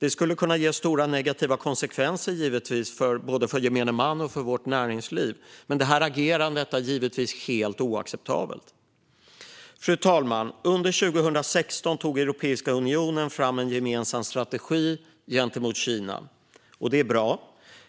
Det skulle kunna ge stora negativa konsekvenser, både för gemene man och för vårt näringsliv. Detta agerande är givetvis helt oacceptabelt. Fru talman! Under 2016 tog Europeiska unionen fram en gemensam strategi gentemot Kina - det är bra.